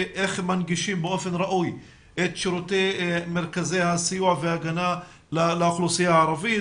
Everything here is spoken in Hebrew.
איך מנגישים באופן ראוי את שירותי מרכזי הסיוע וההגנה לאוכלוסייה הערבית,